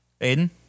Aiden